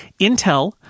Intel